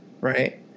right